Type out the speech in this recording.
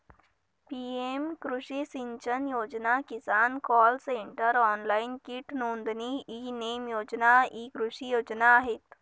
PM कृषी सिंचन योजना, किसान कॉल सेंटर, ऑनलाइन कीट नोंदणी, ई नेम योजना इ कृषी योजना आहेत